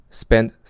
spend